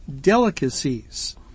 delicacies